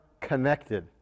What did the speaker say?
connected